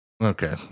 Okay